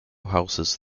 houses